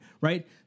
right